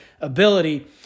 ability